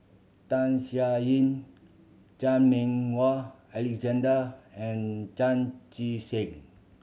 Tham Sien Yen Chan Meng Wah Alexander and Chan Chee Seng